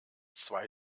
zwei